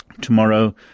Tomorrow